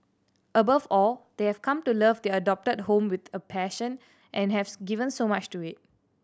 above all they have come to love their adopted home with a passion and haves given so much to it